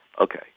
Okay